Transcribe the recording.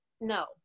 No